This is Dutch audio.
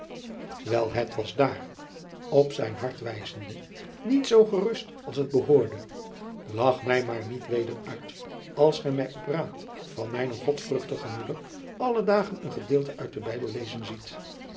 wel het was daar op zijn hart wijzende niet zoo gerust als het behoorde adriaan loosjes pzn het leven van maurits lijnslager lach mij maar niet weder uit als gij mij op raad van mijne godvruchtige moeder alle dagen een gedeelte uit den bijbel lezen ziet